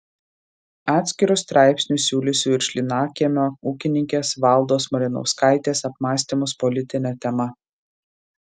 atskiru straipsniu siūlysiu ir šlynakiemio ūkininkės valdos malinauskaitės apmąstymus politine tema